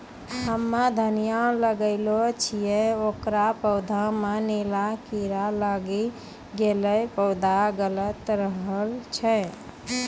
हम्मे धनिया लगैलो छियै ओकर पौधा मे नीला कीड़ा लागी गैलै पौधा गैलरहल छै?